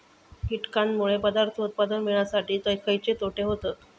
कीटकांनमुळे पदार्थ उत्पादन मिळासाठी खयचे तोटे होतत?